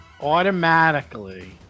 automatically